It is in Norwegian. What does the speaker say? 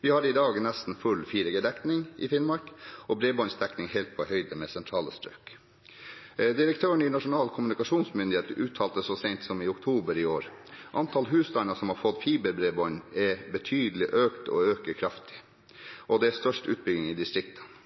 Vi har i dag nesten full 4G-dekning i Finnmark og bredbåndsdekning helt på høyde med sentrale strøk. Direktøren i Nasjonal kommunikasjonsmyndighet uttalte så seint som i oktober i år at antall husstander som har fått fiberbredbånd, er betydelig økt og øker kraftig, og at det er størst utbygging i distriktene –